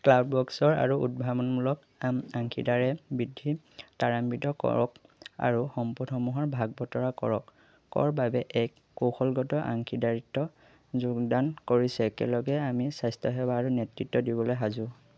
ক্লাউডৱৰ্কছৰ আৰু উদ্ভাৱনীমূলক অংশীদাৰে বৃদ্ধি ত্বৰাম্বিত কৰক আৰু সম্পদসমূহৰ ভাগ বতৰা কৰক বাবে এক কৌশলগত অংশীদাৰিত্বত যোগদান কৰিছে একেলগে আমি স্বাস্থ্যসেৱা আৰু নেতৃত্ব দিবলৈ সাজু